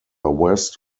west